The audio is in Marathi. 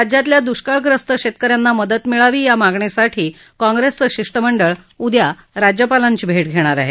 राज्यातील दुष्काळग्रस्त शेतक यांना मदत मिळावी या मागणीसाठी काँग्रेसचं शिष्टमंडळ उद्या राज्यपालांची भेट घेणार आहे